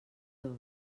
dos